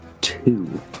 two